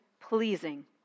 pleasing